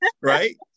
right